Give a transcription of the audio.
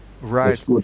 Right